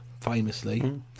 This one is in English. famously